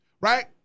right